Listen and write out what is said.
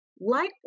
Likewise